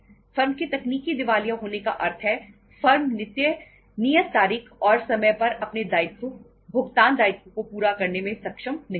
firm के तकनीकी दिवालिया होने का अर्थ है फर्म नियत तारीख और समय पर अपने दायित्व भुगतान दायित्व को पूरा करने में सक्षम नहीं है